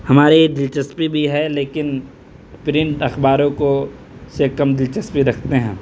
ہماری یہ دلچسپی بھی ہے لیکن پرنٹ اخباروں کو سے کم دلچسپی رکھتے ہیں ہم